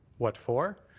what for?